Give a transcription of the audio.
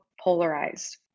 polarized